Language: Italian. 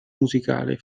musicale